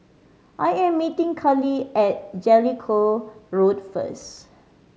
I am meeting Kallie at Jellicoe Road first